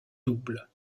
double